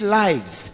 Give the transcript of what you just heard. lives